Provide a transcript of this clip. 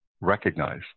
recognize